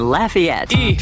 Lafayette